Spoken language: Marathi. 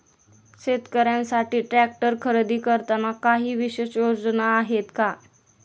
शेतकऱ्यांसाठी ट्रॅक्टर खरेदी करताना काही विशेष योजना आहेत का?